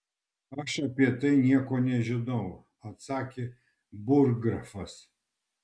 aš apie tai nieko nežinau atsakė burggrafas